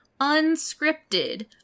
unscripted